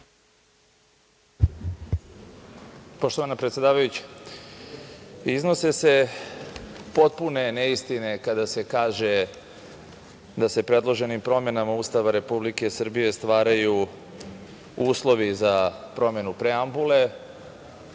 Poštovana predsedavajuća, iznose se potpune neistine kada se kaže da se predloženim promenama Ustava Republike Srbije stvaraju uslovi za promenu preambule